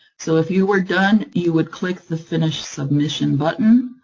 so if you were done, you would click the finish submission button.